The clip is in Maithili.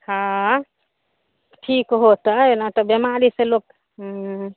हँ अँ ठीक होतै एना तऽ बिमाड़ी से लोक ऊँ